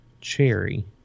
cherry